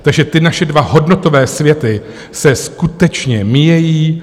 Takže ty naše dva hodnotové světy se skutečně míjejí.